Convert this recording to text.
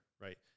right